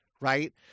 right